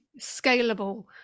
scalable